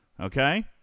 Okay